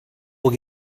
will